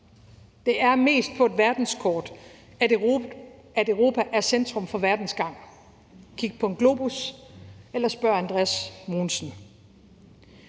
Det er mest på et verdenskort, at Europa er centrum for verdens gang. Kig på en globus, eller spørg Andreas Mogensen.